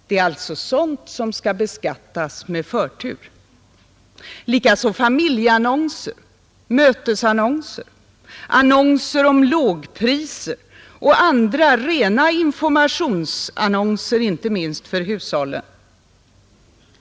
Det är alltså sådant som skall beskattas med förtur, likaså familjeannonser, mötesannonser, annonser om lågpriser och andra rena informationsannonser, inte minst för hushållen.